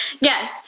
yes